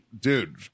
dude